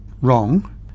wrong